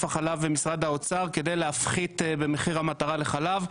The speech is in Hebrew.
החלב ומשרד האוצר כדי להפחית במחיר המטרה לחלב.